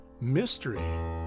mystery